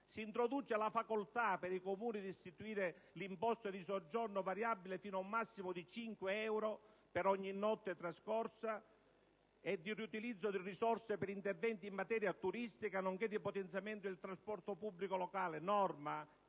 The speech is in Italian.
Si introduce la facoltà per i Comuni di istituire l'imposta di soggiorno, variabile fino ad un massimo di 5 euro per ogni notte trascorsa in una struttura ricettiva e di riutilizzare le risorse per interventi in materia turistica, nonché di potenziamento del trasporto pubblico locale: norma